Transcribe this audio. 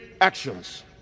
actions